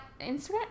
instagram